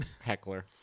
heckler